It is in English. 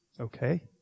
Okay